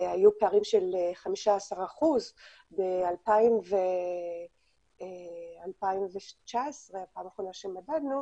היו פערים של 15%. ב-2019, הפעם האחרונה שמדדנו,